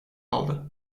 aldı